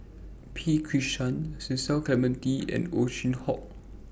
P Krishnan Cecil Clementi and Ow Chin Hock